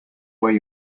where